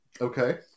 Okay